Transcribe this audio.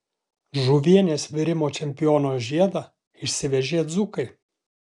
žuvienės virimo čempiono žiedą išsivežė dzūkai